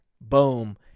Boom